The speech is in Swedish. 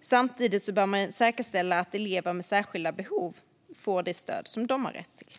Samtidigt bör man säkerställa att elever med särskilda behov får det stöd de har rätt till.